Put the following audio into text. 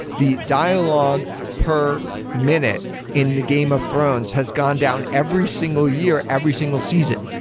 the dialogue per minute in the game of thrones has gone down every single year every single season.